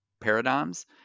paradigms